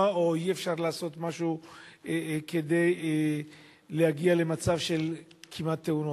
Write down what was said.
אותו או אי-אפשר לעשות משהו כדי להגיע למצב של כמעט-תאונות,